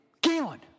Galen